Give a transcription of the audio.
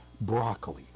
Broccoli